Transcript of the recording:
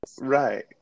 right